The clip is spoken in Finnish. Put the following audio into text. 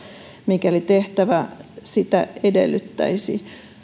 mikäli tehtävä sitä edellyttäisi